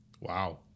Wow